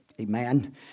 amen